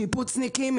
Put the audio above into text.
שיפוצניקים,